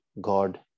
God